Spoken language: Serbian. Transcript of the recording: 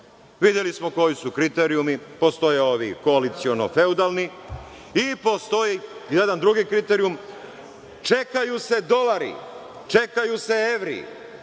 videli smo koji su kriterijumi. Postoje ovi koaliciono-feudalni i postoji jedan drugi kriterijum – čekaju se dolari, čekaju se evri,